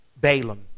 Balaam